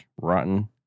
rotten